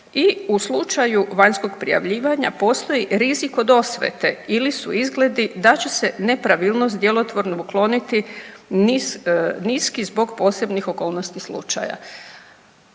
i u slučaju vanjskog prijavljivanja postoji rizik od osvete ili su izglede da će se nepravilnost djelotvorno otkloniti niski zbog posebnih okolnosti slučaja.